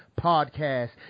podcast